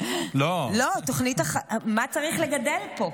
מה צריך לגדל פה?